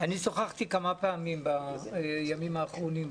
אני שוחחתי כמה פעמים בימים האחרונים,